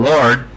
Lord